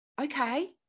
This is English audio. Okay